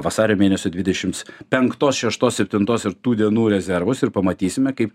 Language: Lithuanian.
vasario mėnesio dvidešimts penktos šeštos septintos ir tų dienų rezervus ir pamatysime kaip